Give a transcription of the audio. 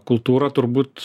kultūra turbūt